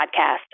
podcast